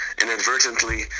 inadvertently